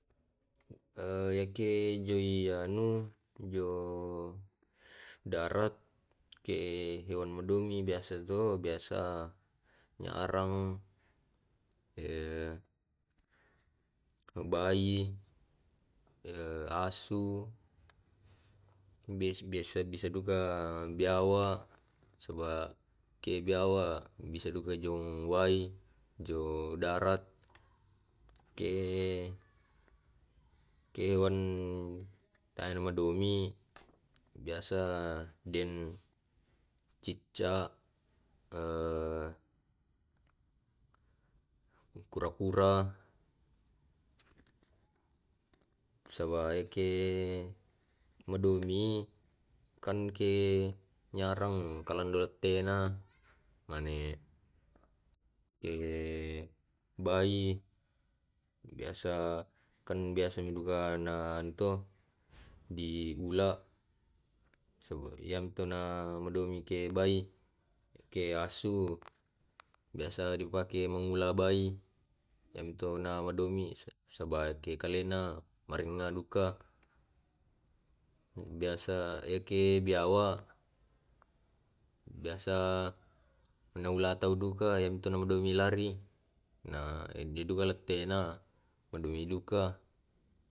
yake jo i anu jo darat yake hewan madomi biasa to biasa nyarang bai, asu, biasa bisa duka biawak saba ke biawak bisa duka jong wai jo darat ke ke hewan tahena madomi biasa deng cicca kura-kura saba yake madomi i kan ke nyarang kalando lettena mane ke bayi biasa kan biasa menduka na anu to diula saba yamto na madomi ke bai ke asu biasa di pake mangula bai yamito na madomi saba yake kalena maringan duka biasa yake biawak biasa naula tau duka yamito na madomi lari na ende duka lettena madomi duka